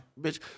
bitch